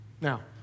Now